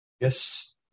Yes